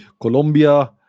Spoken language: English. Colombia